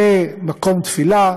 כמקום תפילה,